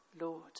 Lord